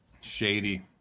Shady